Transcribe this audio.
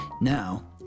Now